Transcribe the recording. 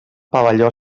pavelló